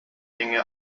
gänge